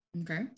Okay